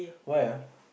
why ah